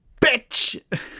bitch